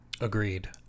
Agreed